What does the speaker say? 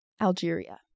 Algeria